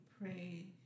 pray